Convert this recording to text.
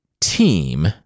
team